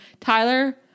Tyler